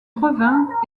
revint